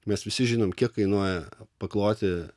mes visi žinom kiek kainuoja pakloti